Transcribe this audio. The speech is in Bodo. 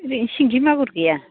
ओरैनो सिंगि मागुर गैया